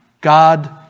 God